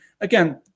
Again